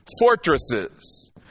fortresses